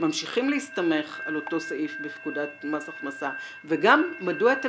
ממשיכים להסתמך על אותו סעיף בפקודת מס הכנסה וגם מדוע אתם